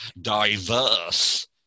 diverse